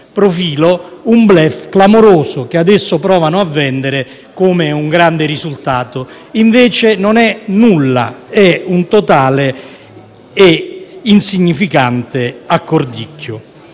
profilo, un *bluff* clamoroso, che adesso provano a vendere come un grande risultato. Invece non è nulla, se non un totale e insignificante accordicchio.